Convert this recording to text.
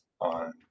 on